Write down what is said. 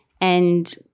And-